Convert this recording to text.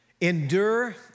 Endure